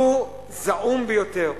לו זעום ביותר: